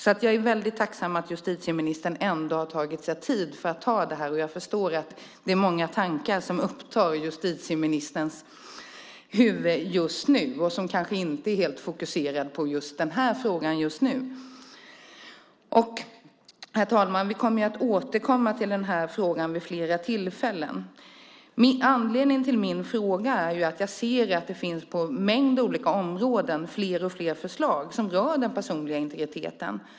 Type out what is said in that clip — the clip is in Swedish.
Jag är väldigt tacksam att justitieministern ändå har tagit sig tid att ta debatterna. Jag förstår att det är många tankar i huvudet som upptar justitieministern just nu och att hon kanske inte just nu är så fokuserad på just den här frågan. Herr talman! Vi kommer att återkomma till frågan vid flera tillfällen. Anledningen till min fråga är att jag på en mängd områden ser allt fler förslag som rör den personliga integriteten.